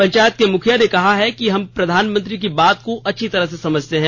पंचायत के मुखिया ने कहा कि हम प्रधानमंत्री की बात को अच्छी तरह समझते हैं